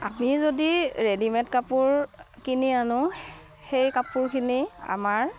আমি যদি ৰেডিমেড কাপোৰ কিনি আনোঁ সেই কাপোৰখিনি আমাৰ